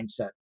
mindset